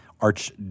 arch